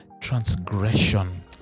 transgression